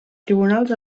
tribunals